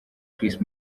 chris